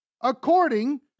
according